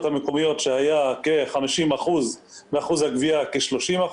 המקומיות היה כ-50% ואחוז הגבייה כ-30%.